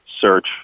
search